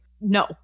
No